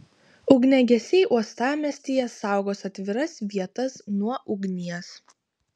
ugniagesiai uostamiestyje saugos atviras vietas nuo ugnies